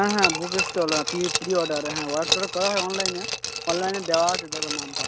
হ্যাঁ হ্যাঁ বুকের স্টল পি প্রি অর্ডার হ্যাঁ অর্ডার টডার করা হয় অনলাইনে অনলাইনে দেওয়া আছে দেখুন নামটা